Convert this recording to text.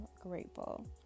grateful